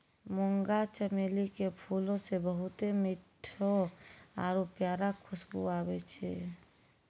मुंगा चमेली के फूलो से बहुते मीठो आरु प्यारा खुशबु आबै छै